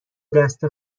دست